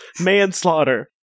Manslaughter